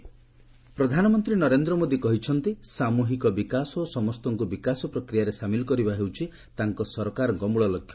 PM Rajasthan ପ୍ରଧାନମନ୍ତ୍ରୀ ନରେନ୍ଦ୍ର ମୋଦୀ କହିଛନ୍ତି ସାମୁହିକି ବିକାଶ ଓ ସମସ୍ତଙ୍କୁ ବିକାଶ ପ୍ରକ୍ରିୟାରେ ସାମିଲ କରିବା ହେଉଚି ତାଙ୍କ ସରକାରଙ୍କ ମୂଳଲକ୍ଷ୍ୟ